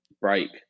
break